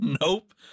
Nope